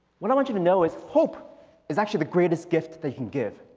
what i want you to know is hope is actually the greatest gift that you can give.